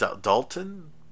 Dalton